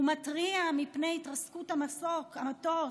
ומתריע מפני התרסקות המטוס.